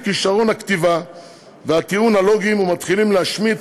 כישרון הכתיבה והטיעון הלוגי ומתחילים להשמיץ,